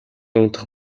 унтах